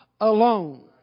alone